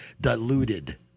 diluted